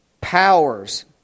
powers